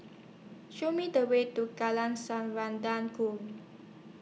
Show Me The Way to Ku